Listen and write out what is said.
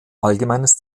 allgemeines